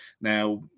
Now